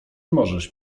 możesz